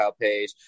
page